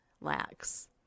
lacks